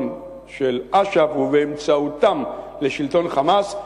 של אש"ף ובאמצעותם לשלטון "חמאס".